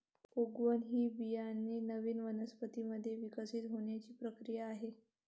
उगवण ही बियाणे नवीन वनस्पतीं मध्ये विकसित होण्याची प्रक्रिया आहे